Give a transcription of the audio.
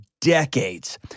decades